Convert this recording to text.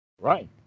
Right